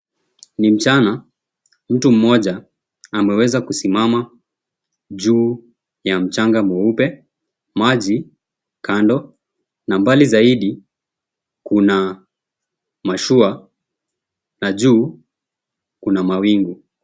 Ni mchana mtu mmoja ameweza kusimama juu ya mchanga mweupe, maji kando na mbali zaidi kuna mashua na juu kuna mawingu.